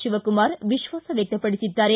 ಶಿವಕುಮಾರ ವಿಶ್ವಾಸ ವ್ಯಕ್ತಪಡಿಸಿದ್ದಾರೆ